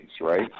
right